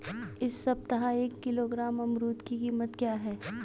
इस सप्ताह एक किलोग्राम अमरूद की कीमत क्या है?